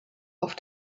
auf